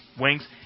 wings